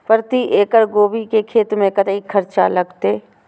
प्रति एकड़ गोभी के खेत में कतेक खर्चा लगते?